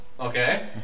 Okay